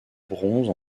bronze